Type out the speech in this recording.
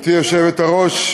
גברתי היושבת-ראש,